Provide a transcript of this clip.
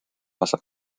wasser